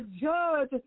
judge